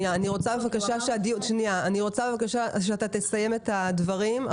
אני רוצה בבקשה שאתה תסיים את הדברים,